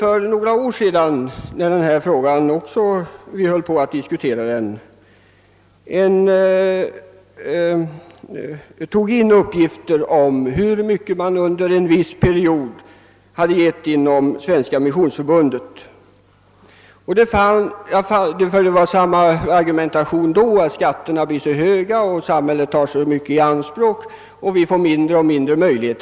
Men när vi diskuterade denna fråga för några år sedan samlade jag in uppgifter om hur mycket medlemmar i Svenska missionsförbundet gav under en viss period. Argumentationen var densamma då som nu: skatterna var höga och samhället tog så mycket att möjligheterna att ge bidrag blev mindre och mindre.